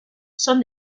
son